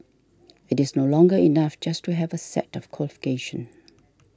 it is no longer enough just to have a set of qualifications